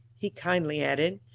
he kindly added,